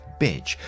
bitch